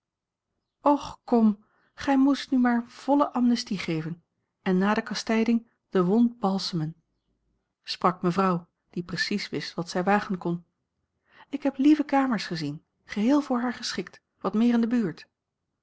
och kom gij moest nu maar volle amnestie geven en na de kastijding de wond balsemen sprak mevrouw die precies wist wat zij wagen kon ik heb lieve kamers gezien geheel voor haar geschikt wat meer in de buurt